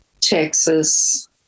Texas